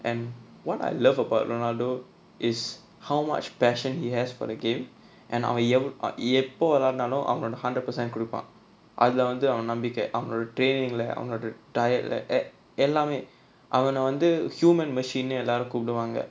and what I love about ronaldo is how much passion he has for the game and அவன் எப்போ விளையாண்டாலும் அவனோட:avan eppo vilaiyaandaalum avanoda hundered percent குடுப்பான் அதுல வந்து அவன் நம்பிக்க அவனோட:kuduppaan athula vanthu avan nambikka avanoda training leh அவனோட:avanoda trial எல்லாமே அவன் வந்து:ellaamae avana vanthu human machine எல்லாரும் கூப்டுவாங்க:ellaarum koopduvaanga